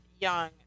young